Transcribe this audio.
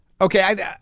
Okay